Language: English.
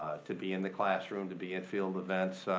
to be in the classroom, to be at field events.